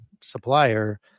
supplier